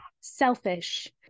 selfish